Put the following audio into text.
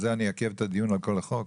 על זה אני אעכב את הדיון על כל החוק.